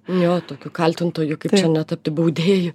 jo tokiu kaltintoju kaip čia netapti baudėju